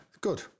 good